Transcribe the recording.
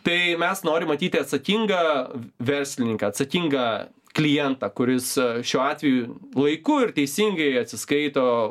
tai mes norim matyti atsakingą verslininką atsakingą klientą kuris šiuo atveju laiku ir teisingai atsiskaito